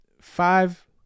five